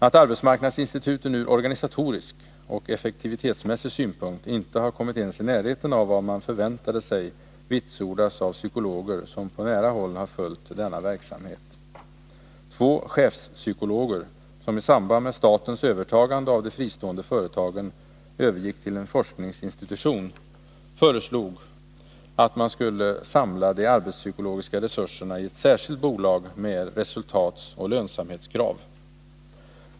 Att arbetsmarknadsinstituten ur organisatorisk och effektivitetsmässig synpunkt inte har kommit ens i närheten av vad man förväntade sig vitsordas av psykologer som på nära håll har följt denna verksamhet. Två chefpsykologer, som i samband med statens övertagande av de fristående företagen övergick till en forskningsinstitution, föreslog att man skulle samla de arbetspsykologiska resurserna i ett särskilt bolag med resultatsoch lönsamhetskrav.